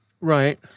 Right